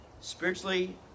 spiritually